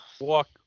walk